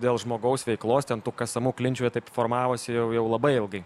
dėl žmogaus veiklos ten tų kasamų klinčių jie taip formavosi jau jau labai ilgai